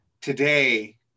today